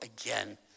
again